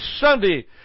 Sunday